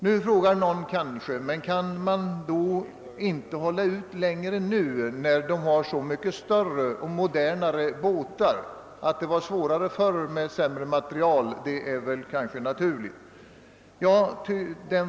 Nu frågar någon kanske: Kan man inte hålla ut längre nu när man har så mycket större och modernare båtar? Att det var svårare förr med sämre materiel är kanske naturligt.